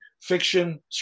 fiction